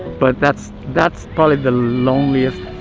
but that's that's probably the loneliest.